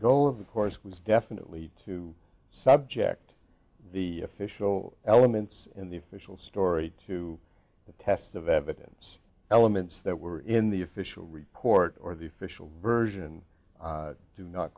goal of course was definitely to subject the official elements in the official story to the test of evidence elements that were in the official report or the official version do not